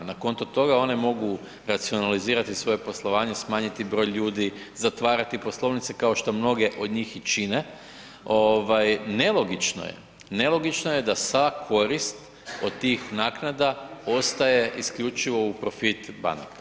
Na konto toga one mogu racionalizirati svoje poslovanje, smanjiti broj ljudi, zatvarati poslovnice kao što mnoge od njih i čine, ovaj nelogično je da sva korist od tih naknada ostaje isključivo u profitu banaka.